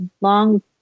long